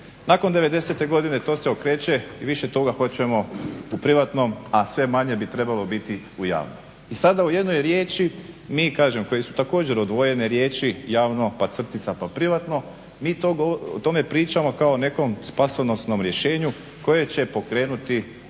Nakon '90-e godine to se okreće i više toga hoćemo u privatnom, a sve manje bi trebalo biti u javnom. I sada u jednoj riječi mi, kažem koje su također odvojene riječi javno-privatno mi o tome pričamo kao o nekom spasonosnom rješenju koje će pokrenuti sve